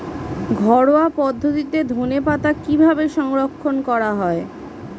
ঘরোয়া পদ্ধতিতে ধনেপাতা কিভাবে সংরক্ষণ করা হয়?